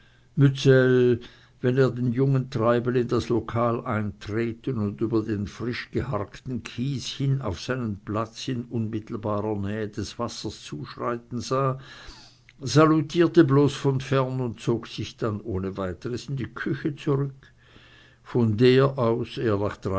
wenn er den jungen treibel in das lokal eintreten und über den frischgeharkten kies hin auf seinen platz in unmittelbarer nähe des wassers zuschreiten sah salutierte bloß von fern und zog sich dann ohne weiteres in die küche zurück von der aus er